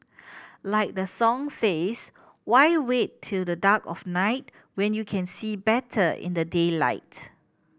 like the song says why wait till the dark of night when you can see better in the daylight